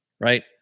right